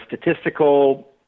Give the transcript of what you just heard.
statistical